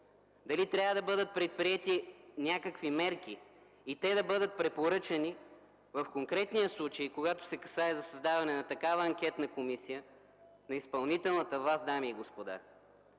дали трябва да бъдат предприети някакви мерки и дали да бъде препоръчано в конкретния случай, когато се касае за създаване на такава анкетна комисия, на изпълнителната власт.